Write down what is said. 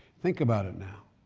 think about it now.